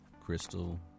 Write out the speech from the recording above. crystal